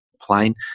plane